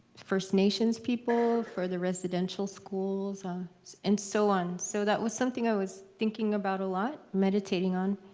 first nations people for the residential schools ah and so on. so that was something i was thinking about a lot, meditating on.